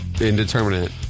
indeterminate